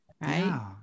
Right